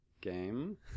game